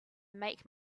make